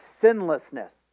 sinlessness